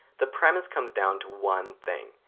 the premise comes down to one thing.